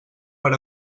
per